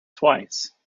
twice